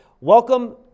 welcome